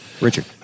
Richard